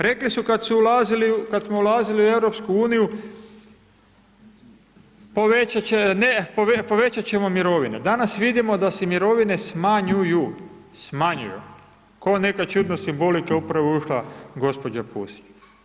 Rekli su kad smo ulazili u EU povećat ćemo mirovine, danas vidimo da se mirovine smanjuju, smanjuju, koja neka čudna simbolika upravo je ušla gđa. Pusić.